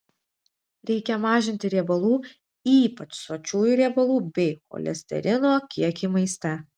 reikia mažinti riebalų ypač sočiųjų riebalų bei cholesterino kiekį maiste